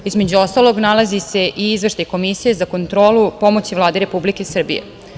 Između ostalog, nalazi se i Izveštaj Komisije za kontrolu pomoći Vlade Republike Srbije.